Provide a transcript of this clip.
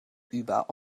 über